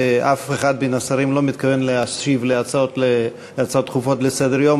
ואף אחד מן השרים לא מתכוון להשיב על הצעות דחופות לסדר-היום,